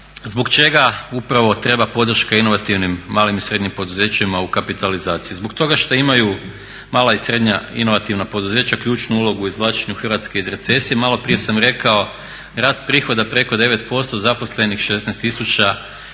zbog čega upravo treba podrška inovativnim malim i srednjim poduzećima u kapitalizaciji? Zbog toga što imaju mala i srednja inovativna poduzeća ključnu ulogu u izvlačenju Hrvatske iz recesije, malo prije sam rekao rast prihoda preko 9% zaposlenih 16.000